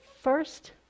first